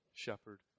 shepherd